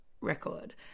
record